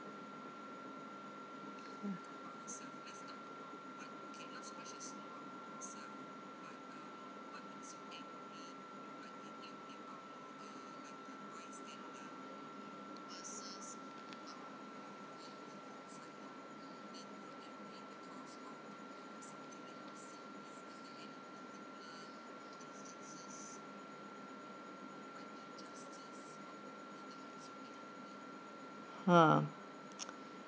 !huh!